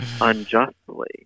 unjustly